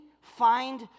find